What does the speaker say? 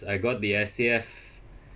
I got the S_A_F